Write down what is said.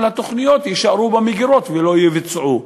אבל התוכניות יישארו במגירות ולא יבוצעו.